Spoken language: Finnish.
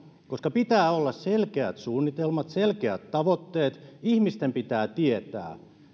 koska pitää olla selkeät suunnitelmat selkeät tavoitteet ihmisten pitää saada tietää